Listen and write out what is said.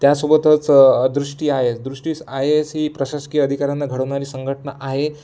त्यासोबतच Drishti I A S Drishti I A S ही प्रशासकीय अधिकऱ्यांना घडवणारी संघटना आहे